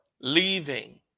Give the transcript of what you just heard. leaving